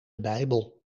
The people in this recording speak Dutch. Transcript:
bijbel